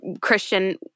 Christian